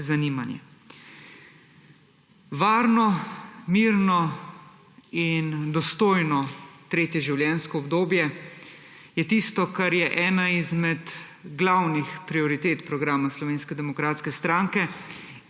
zanimanje. Varno, mirno in dostojno tretje življenjsko obdobje je tisto, kar je ena izmed glavnih prioritet programa SDS in kar je tudi